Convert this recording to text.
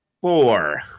four